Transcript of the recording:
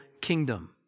kingdom